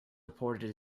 reported